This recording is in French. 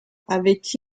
avait